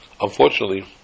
Unfortunately